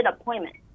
appointment